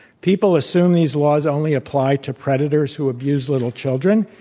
people assume these laws only apply to predators who abuse little children,